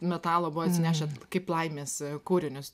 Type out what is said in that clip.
metalo buvo atsinešę kaip laimės kūrinius